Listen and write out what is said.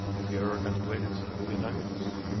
have you ever contemplated selling the diamonds?